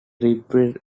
reprinted